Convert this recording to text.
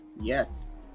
yes